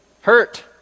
hurt